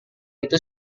itu